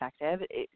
effective